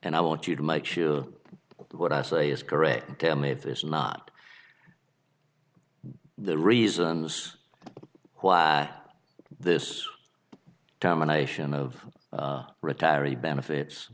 and i want you to make sure what i say is correct and tell me if it's not the reasons why this combination of retiree benefits